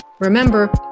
Remember